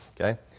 Okay